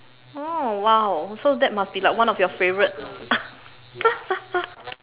oh !wow! so that must be like one of your favorite